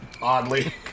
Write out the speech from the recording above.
Oddly